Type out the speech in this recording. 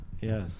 Yes